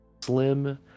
Slim